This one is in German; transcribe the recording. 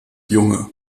junge